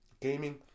gaming